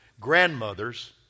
grandmothers